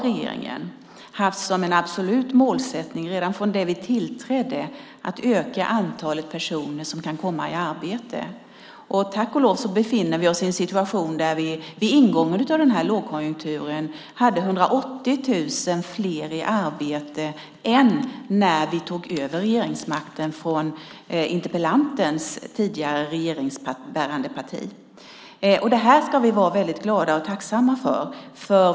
Regeringen har haft som en absolut målsättning, redan från det vi tillträdde, att öka antalet personer som kan komma i arbete. Tack och lov befinner vi oss i en situation där vi vid ingången av lågkonjunkturen hade 180 000 fler i arbete än när vi tog över regeringsmakten från interpellantens parti. Detta ska vi vara glada och tacksamma för.